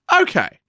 Okay